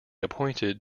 appointed